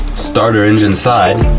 starter engine side,